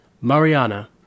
Mariana